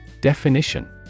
definition